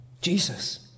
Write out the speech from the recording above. Jesus